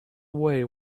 away